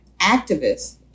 activists